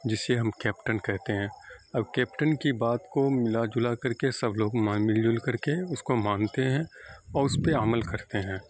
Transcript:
جسے ہم کیپٹن کہتے ہیں اب کیپٹن کی بات کو ملا جلا کر کے سب لوگ مان مل جل کر کے اس کو مانتے ہیں اور اس پہ عمل کرتے ہیں